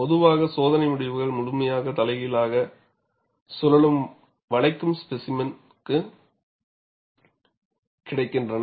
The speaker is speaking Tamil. பொதுவாக சோதனை முடிவுகள் முழுமையாக தலைகீழாக சுழலும் வளைக்கும் ஸ்பேசிமென்க்கு கிடைக்கின்றன